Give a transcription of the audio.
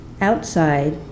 Outside